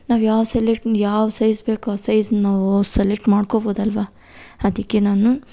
ನಾವು ಯಾವ ಸೆಲೆಟ್ ಯಾವ ಸೈಜ್ ಬೇಕೊ ಆ ಸೈಜ್ ನಾವು ಸೆಲೆಕ್ಟ್ ಮಾಡ್ಕೊಬೋದಲ್ವಾ ಅದಕ್ಕೆ ನಾನು